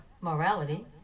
morality